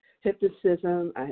hypnotism